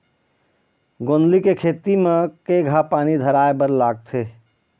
गोंदली के खेती म केघा पानी धराए बर लागथे?